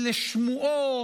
אלה שמועות.